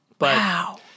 Wow